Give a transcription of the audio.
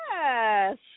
yes